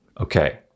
Okay